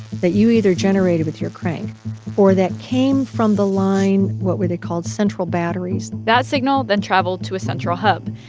that you either generated with your crank or that came from the line what were they called? central batteries that signal then traveled to a central hub.